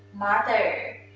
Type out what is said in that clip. mother.